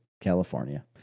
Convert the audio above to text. California